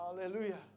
hallelujah